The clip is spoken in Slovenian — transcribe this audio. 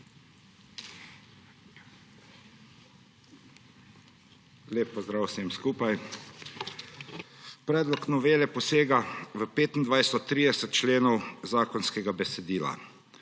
Lep pozdrav vsem skupaj! Predlog novele posega v 25 od 30 členov zakonskega besedila.